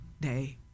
day